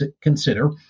consider